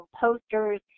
posters